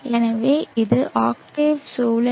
எனவே இது ஆக்டேவ் சூழல்